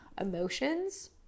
emotions